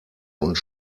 und